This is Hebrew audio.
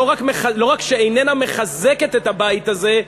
לא רק שאיננה מחזקת את הבית הזה,